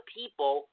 people